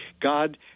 God